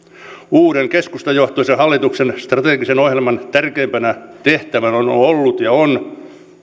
uuden keskustajohtoisen hallituksen strategisen ohjelman tärkeimpänä tehtävänä on ollut ja on